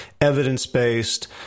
evidence-based